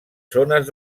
zones